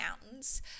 mountains